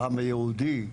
לעם היהודי,